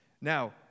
Now